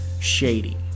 shady